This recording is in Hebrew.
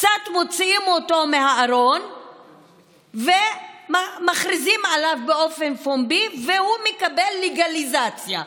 קצת מוציאים אותו מהארון ומכריזים עליו באופן פומבי והוא מקבל לגליזציה,